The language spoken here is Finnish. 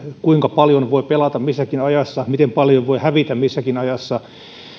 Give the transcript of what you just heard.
kuinka paljon voi pelata missäkin ajassa miten paljon voi hävitä missäkin ajassa